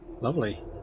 Lovely